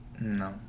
No